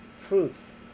proof